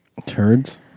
turds